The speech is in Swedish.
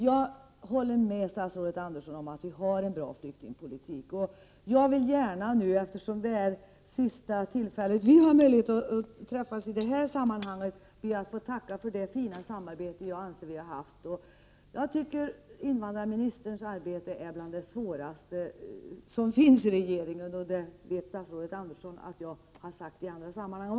Jag håller med statsrådet Andersson om att vi har en bra flyktingpolitik. Eftersom detta är det sista tillfället som vi har möjlighet att träffas i det här sammanhanget vill jag gärna tacka för det fina samarbete jag anser att vi har haft. Jag tycker att invandrarministerns arbete är bland de svåraste som finns i regeringen, och det vet statsrådet Andersson att jag sagt också i andra sammanhang.